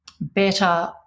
better